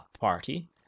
party